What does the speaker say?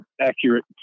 accurate